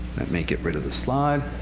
let me get rid of the slide,